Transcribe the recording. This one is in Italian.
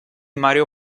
mario